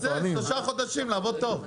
אז תן שלושה חודשים לעבוד טוב.